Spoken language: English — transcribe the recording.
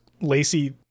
Lacey